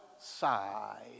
side